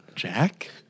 Jack